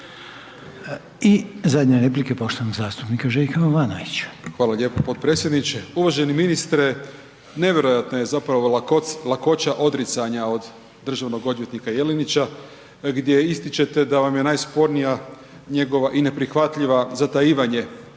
I zadnja replika je poštovanog zastupnika Željka Jovanovića. **Jovanović, Željko (SDP)** Hvala lijepa potpredsjedniče. Uvaženi ministre nevjerojatna je zapravo lakoća odricanja od državnog odvjetnika Jelinića gdje ističete da vam je najspornija njegova i neprihvatljiva zatajivanje